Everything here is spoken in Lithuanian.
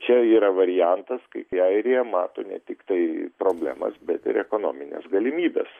čia yra variantas kaip į airiją mato ne tiktai problemas bet ir ekonomines galimybes